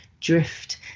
drift